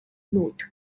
note